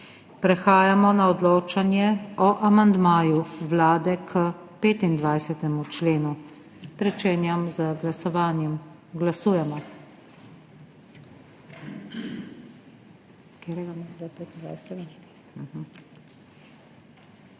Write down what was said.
Prehajamo na odločanje o amandmaju Vlade k 31. členu. Pričenjam z glasovanjem. Glasujemo.